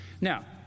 Now